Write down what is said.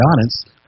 honest